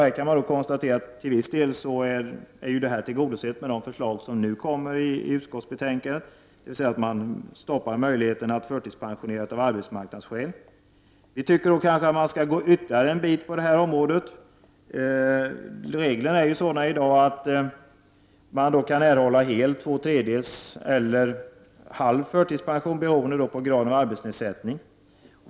Här kan man konstatera att våra önskemål till viss del är tillgodosedda i och med de förslag som föreligger i utskottsbetänkandet, dvs. att möjligheterna till förtidspension av arbetsmarknadsskäl stoppas. Vi tycker att man skall gå litet längre på det här området. Reglerna är i dag sådana att man kan erhålla hel, två tredjedels eller halv förtidspension, beroende på graden av arbetsnedsättning.